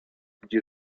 gdzie